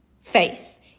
Faith